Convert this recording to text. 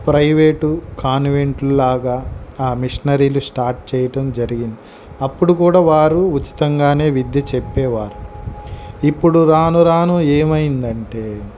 private convent లాగా ఆ మిషనరీలు స్టార్ట్ చేయటం జరిగింది అప్పుడు కూడా వారు ఉచితంగానే విధ్య చెప్పేవారు ఇప్పుడు రాను రాను ఏమైందంటే